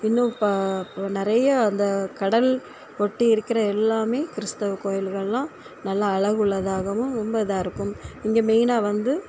இன்னும் இப்போ நிறைய அந்த கடல் ஒட்டி இருக்கிற எல்லாமே கிறிஸ்துவ கோயில்கள்லாம் நல்லா அழகு உள்ளதாகவும் ரொம்ப இதாக இருக்கும் இந்த மெயினாக வந்து